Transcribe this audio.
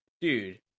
dude